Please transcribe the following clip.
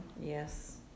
Yes